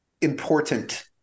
important